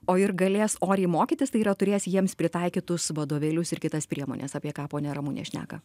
o ir galės oriai mokytis tai yra turės jiems pritaikytus vadovėlius ir kitas priemones apie ką ponia ramunė šneka